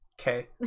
Okay